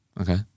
Okay